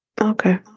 Okay